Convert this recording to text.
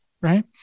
Right